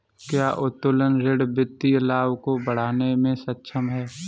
क्या उत्तोलन ऋण वित्तीय लाभ को बढ़ाने में सक्षम है?